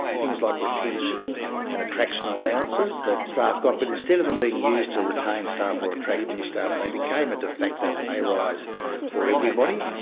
things like retention and attraction allowances that staff got. but instead of them being used to retain staff or attract new staff they became a de facto pay rise for everybody.